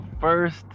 first